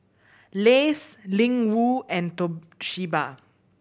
Lays Ling Wu and Toshiba